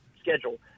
schedule